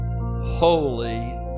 holy